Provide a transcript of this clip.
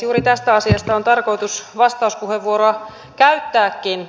juuri tästä asiasta on tarkoitus vastauspuheenvuoro käyttääkin